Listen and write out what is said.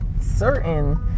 certain